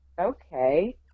Okay